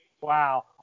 Wow